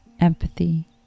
Empathy